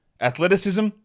Athleticism